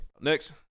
Next